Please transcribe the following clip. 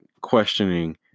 questioning